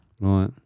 Right